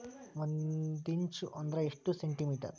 ಒಂದಿಂಚು ಅಂದ್ರ ಎಷ್ಟು ಸೆಂಟಿಮೇಟರ್?